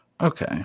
Okay